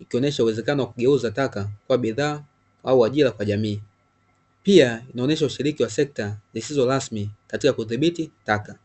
ikionyesha uwezekano wa kugeuzwa taka kwa bidhaa au ajira kwa jamii, pia inaonyesha ushiriki wa sekta zisizo rasmi katika kudhibiti taka.